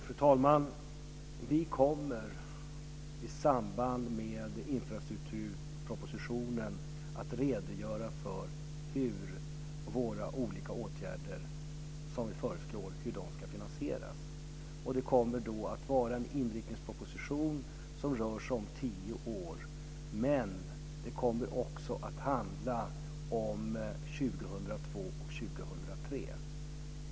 Fru talman! Vi kommer i samband med infrastrukturpropositionen att redogöra för hur våra olika föreslagna åtgärder ska finansieras. Vi kommer då att lämna en inriktningsproposition för tio år, men den kommer också att handla om åren 2002 och 2003.